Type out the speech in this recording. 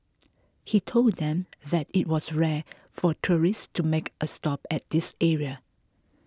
he told them that it was rare for tourists to make a stop at this area